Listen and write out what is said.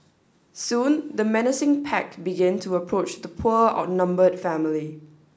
soon the menacing pack begin to approach the poor outnumbered family